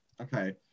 okay